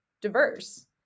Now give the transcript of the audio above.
diverse